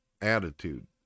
attitude